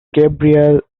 gabrielle